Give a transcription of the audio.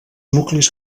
nuclis